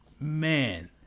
man